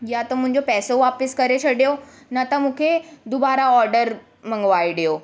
या त मुंहिंजो पैसो वापसि करे छॾियो न त मूंखे दुबारा ऑडर मंगवाए ॾियो